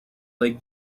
lake